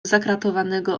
zakratowanego